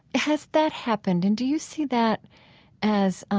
has that happened and do you see that as,